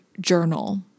journal